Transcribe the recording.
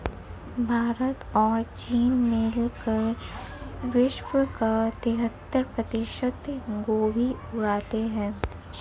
भारत और चीन मिलकर विश्व का तिहत्तर प्रतिशत गोभी उगाते हैं